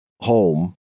home